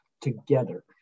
together